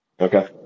Okay